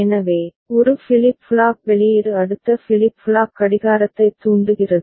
எனவே ஒரு flip flop வெளியீடு அடுத்த ஃபிளிப் ஃப்ளாப் கடிகாரத்தைத் தூண்டுகிறது